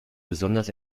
besonders